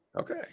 Okay